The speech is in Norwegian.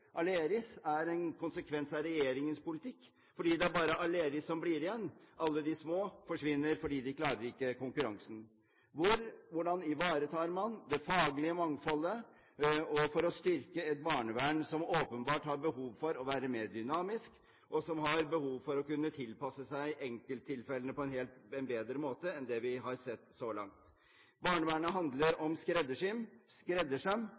Aleris. Aleris er en konsekvens av regjeringens politikk, fordi det bare er Aleris som blir igjen. Alle de små forsvinner, for de klarer ikke konkurransen. Hvordan ivaretar man det faglige mangfoldet for å styrke et barnevern som åpenbart har behov for å være mer dynamisk, og som har behov for å kunne tilpasse seg enkelttilfellene på en bedre måte enn det vi har sett så langt? Barnevernet handler om skreddersøm.